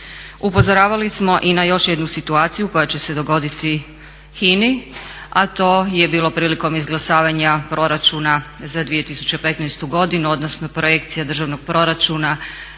upozoravali smo i na još jednu situaciju koja će se dogoditi HINA-i a to je bilo prilikom izglasavanja proračuna za 2015. godinu odnosno projekcija državnog proračuna za